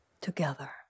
Together